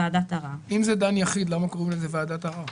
ועדת ערר)." אם זה דן יחיד למה קוראים לזה ועדת ערר?